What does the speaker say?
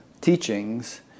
teachings